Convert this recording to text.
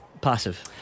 passive